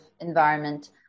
environment